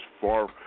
far